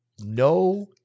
no